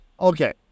Okay